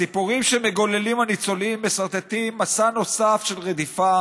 הסיפורים שמגוללים הניצולים מסרטטים מסע נוסף של רדיפה